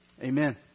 Amen